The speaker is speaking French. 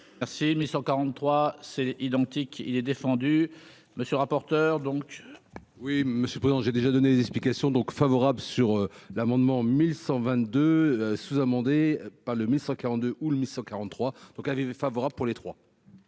Merci, mais 143 c'est identique, il est défendu monsieur rapporteur donc. Oui, monsieur, j'ai déjà donné des explications donc favorable sur l'amendement 1122 sous-amendé par le 1142 ou 1143 donc, elle avait favorable pour les trois.